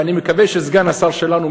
ואני מקווה שסגן השר שלנו,